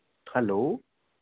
hello